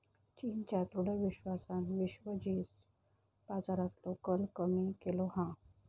चीनच्या दृढ विश्वासान विश्व जींस बाजारातलो कल कमी केलो हा